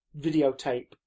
videotape